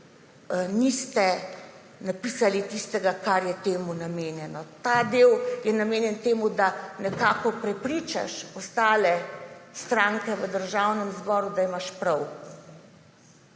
niste napisali tistega, kar je temu namenjeno – ta del je namenjen temu, da nekako prepričaš ostale stranke v Državnem zboru, da imaš prav.